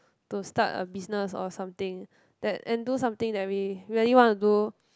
to start a business or something that and do something that we really want to do